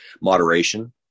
moderation